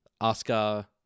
Oscar